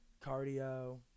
cardio